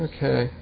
Okay